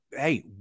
hey